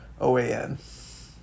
OAN